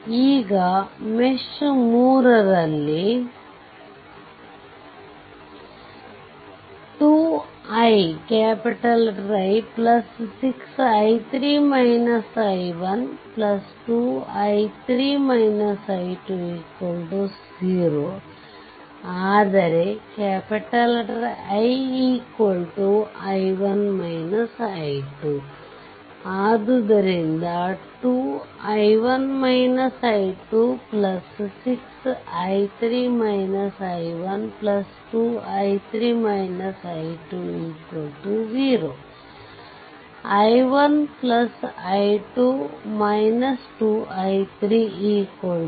ಈಗ ಮೆಶ್ 3ರಲ್ಲಿ 2I620 ಆದರೆ Ii1 i2 ಆದುದರಿಂದ 2620 i1i2 2i30